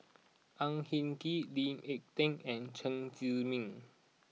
Au Hing Yee Lee Ek Tieng and Chen Zhiming